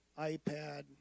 iPad